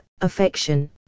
affection